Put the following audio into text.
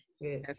yes